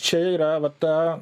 čia yra va ta